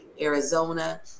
Arizona